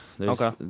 Okay